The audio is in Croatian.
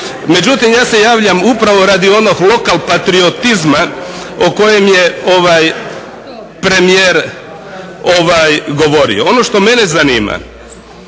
Međutim, ja se javljam upravo radi onog lokalpatriotizma o kojem je premijer govorio. Ono što mene zanima